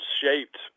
shaped